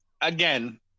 Again